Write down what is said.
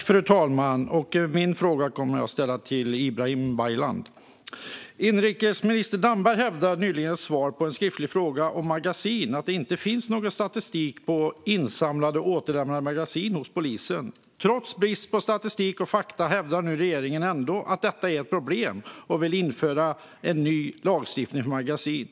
Fru talman! Jag ska ställa min fråga till Ibrahim Baylan. Inrikesminister Damberg hävdade nyligen i ett svar på en skriftlig fråga om vapenmagasin att det inte finns någon statistik på insamlade och återlämnade vapenmagasin hos polisen. Trots brist på statistik och fakta hävdar nu regeringen ändå att detta är ett problem och vill införa en ny lagstiftning för vapenmagasin.